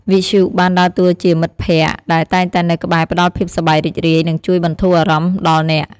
វិទ្យុបានដើរតួជា មិត្តភក្តិ ដែលតែងតែនៅក្បែរផ្តល់ភាពសប្បាយរីករាយ និងជួយបន្ធូរអារម្មណ៍ដល់អ្នក។